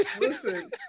Listen